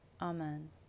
Amen